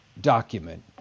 document